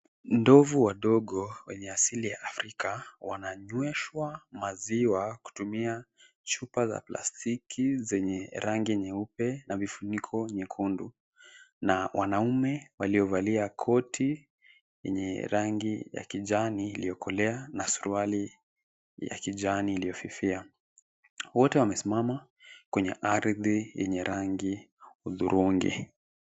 Ndovu wadogo, wenye asili ya afrika wananyweshwa maziwa kutumia chupa za plastiki zenye rangi nyeupe na vifuniko nyekundu, na wanaume waliovalia koti yenye rangi ya kijani iliyokolea na suruali ya kijani iliyofifia. Wote wamesimama kwenye ardhi yenye rangi hudhurungi.